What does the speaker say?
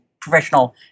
professional